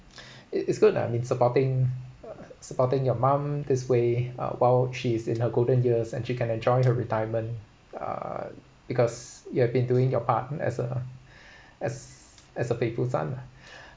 it's good lah I mean supporting supporting your mum this way uh while she is in her golden years and she can enjoy her retirement uh because you have been doing your part as a as as a faithful son lah